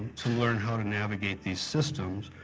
to learn how to navigate these systems,